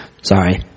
Sorry